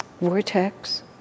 vortex